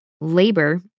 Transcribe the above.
labor